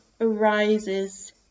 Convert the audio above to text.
arises